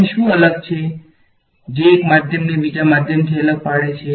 અહીં શું અલગ છે જે એક માધ્યમને બીજા માધ્યમથી અલગ પાડે છે